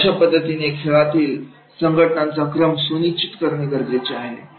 अशा पद्धतीने खेळातील घटनांचा क्रम सुनिश्चित करणे गरजेचे आहे